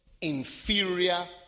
inferior